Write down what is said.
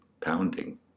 pounding